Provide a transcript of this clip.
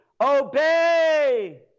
obey